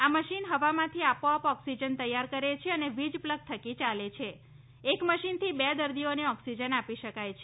આ મશીન હવામાંથી આપોઆપ ઓક્સિજન તૈયાર કરે છે અને વીજપ્લગ થકી યાલે છે એક મશીનથી બે દર્દીઓને ઓક્સિજન આપી શકાય છે